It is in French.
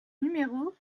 numéro